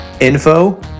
info